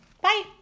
Bye